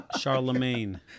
Charlemagne